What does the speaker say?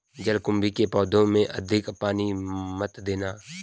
जलकुंभी के पौधों में अधिक पानी मत देना